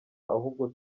ahubwo